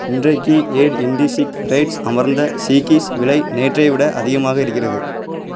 இன்றைக்கு ஏன் இண்டிஸீக்ரெட்ஸ் அமர்ந்த் சீக்கீஸ் விலை நேற்றை விட அதிகமாக இருக்கிறது